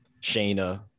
shayna